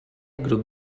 grup